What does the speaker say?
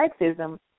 sexism